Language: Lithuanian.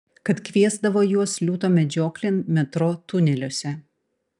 kad kviesdavo juos liūto medžioklėn metro tuneliuose